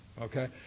okay